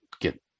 get